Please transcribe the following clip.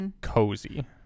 cozy